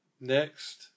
next